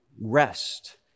rest